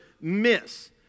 miss